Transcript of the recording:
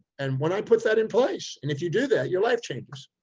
and when i put that in place, and if you do that, your life changes,